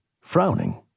frowning